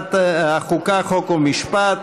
לוועדת החוקה, חוק ומשפט.